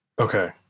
Okay